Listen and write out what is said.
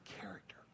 character